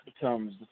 becomes